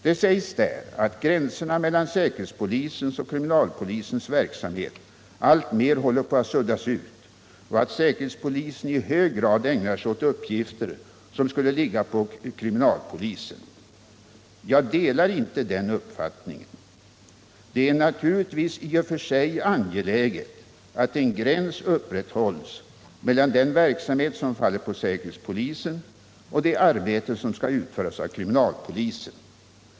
Det sägs där att gränserna mellan säkerhetspolisens och kriminalpolisens verksamhet alltmer håller på att suddas ut och att säkerhetspolisen i hög grad ägnar sig åt uppgifter som skulle ligga på kriminalpolisen. Jag delar inte den uppfattningen. Det är naturligtvis i och för sig angeläget att en gräns upprätthålls mellan den verksamhet som faller på säkerhetspolisen och det arbete som skall utföras av kriminalpolisen.